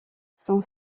son